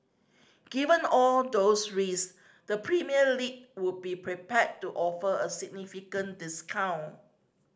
given all those risk the Premier League would be prepared to offer a significant discount